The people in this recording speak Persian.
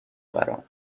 برام